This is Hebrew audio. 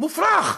מופרך.